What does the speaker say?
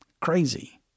Crazy